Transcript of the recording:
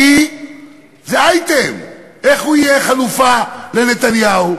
כי זה אייטם: איך הוא יהיה חלופה לנתניהו?